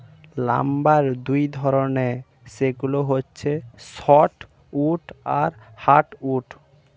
lumber দুই ধরনের, সেগুলো হচ্ছে সফ্ট উড আর হার্ড উড